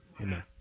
Amen